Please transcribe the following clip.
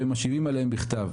והם היו משיבים עליהן בכתב.